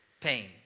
pain